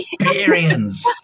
experience